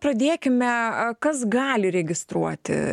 pradėkime kas gali registruoti